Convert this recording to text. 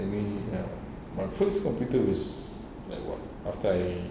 I mean ya my first computer was like [what] after I